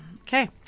Okay